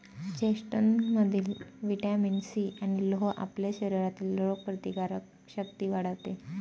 चेस्टनटमधील vitamin C आणि लोह आपल्या शरीरातील रोगप्रतिकारक शक्ती वाढवते